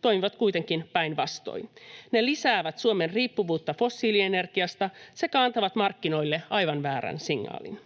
toimivat kuitenkin päinvastoin. Ne lisäävät Suomen riippuvuutta fossiili-energiasta sekä antavat markkinoille aivan väärän signaalin.